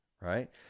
right